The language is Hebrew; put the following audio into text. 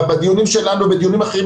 בדיונים שלנו ובדיונים אחרים,